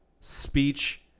speech